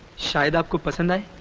shut-up! look but and